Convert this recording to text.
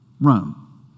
Rome